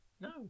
No